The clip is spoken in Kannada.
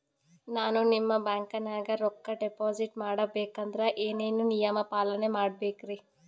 ನಾನು ನಿಮ್ಮ ಬ್ಯಾಂಕನಾಗ ರೊಕ್ಕಾ ಡಿಪಾಜಿಟ್ ಮಾಡ ಬೇಕಂದ್ರ ಏನೇನು ನಿಯಮ ಪಾಲನೇ ಮಾಡ್ಬೇಕ್ರಿ?